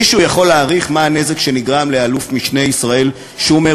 מישהו יכול להעריך מה הנזק שנגרם לאל"מ ישראל שומר,